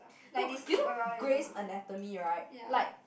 no you know Greys Anatomy right like